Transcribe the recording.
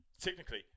technically